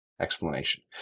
explanation